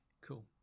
Cool